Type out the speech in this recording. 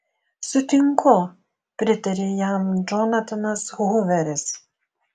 sutinku pritarė jam džonatanas huveris